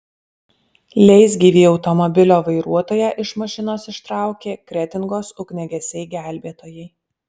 leisgyvį automobilio vairuotoją iš mašinos ištraukė kretingos ugniagesiai gelbėtojai